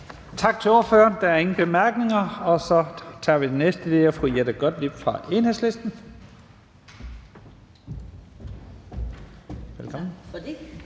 Tak til ordføreren. Der er ingen korte bemærkninger. Så er det den næste ordfører, og det er fru Jette Gottlieb fra Enhedslisten. Velkommen.